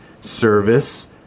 service